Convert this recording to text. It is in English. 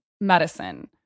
medicine